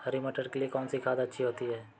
हरी मटर के लिए कौन सी खाद अच्छी होती है?